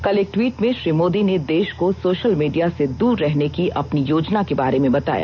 कल एक ट्वीट में श्री मोदी ने देश को सोशल मीडिया से दूर रहने की अपनी योजना के बारे में बताया